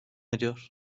ediyor